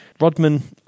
Rodman